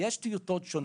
יש טיוטות שונות,